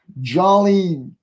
jolly